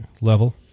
level